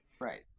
Right